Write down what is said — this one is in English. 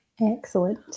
Excellent